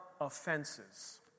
offenses